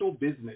business